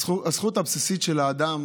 הזכות הבסיסית של האדם